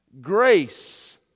grace